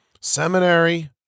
seminary